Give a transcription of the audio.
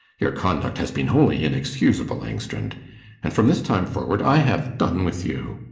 your conduct has been wholly inexcusable, engstrand and from this time forward i have done with you!